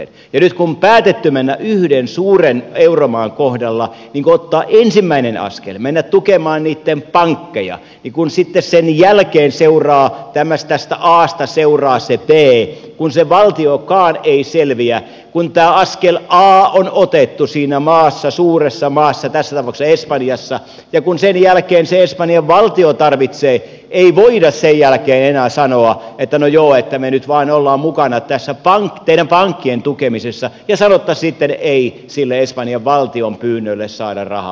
ja nyt kun on päätetty yhden suuren euromaan kohdalla ikään kuin ottaa ensimmäinen askel mennä tukemaan sen pankkeja niin kun sitten sen jälkeen tästä asta seuraa se b kun se valtiokaan ei selviä kun tämä askel a on otettu siinä suuressa maassa tässä tapauksessa espanjassa ja kun sen jälkeen se espanjan valtio tarvitsee ei voida enää sanoa että no joo me nyt vain olemme mukana tässä teidän pankkien tukemisessa ja sanottaisiin sitten ei sille espanjan valtion pyynnölle saada rahaa